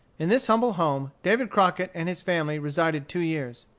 in this humble home, david crockett and his family resided two years.